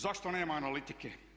Zašto nema analitike?